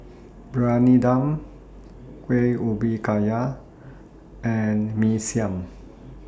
Briyani Dum Kueh Ubi Kayu and Mee Siam